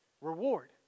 Reward